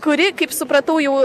kuri kaip supratau jau